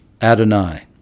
Adonai